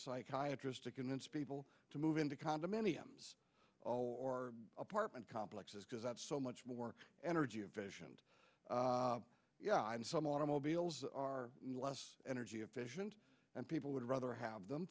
convince people to move into condominiums or apartment complexes because that's so much more energy efficient yeah and some automobiles are less energy efficient and people would rather have them